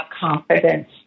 confidence